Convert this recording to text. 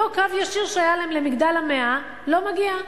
אותו קו ישיר שהיה להם ל"מגדל המאה", לא מגיע.